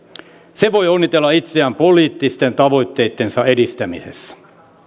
se voi onnitella itseään poliittisten tavoitteittensa edistämisessä